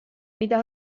mida